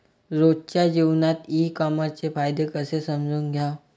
रोजच्या जीवनात ई कामर्सचे फायदे कसे समजून घ्याव?